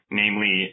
namely